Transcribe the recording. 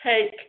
take